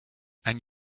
and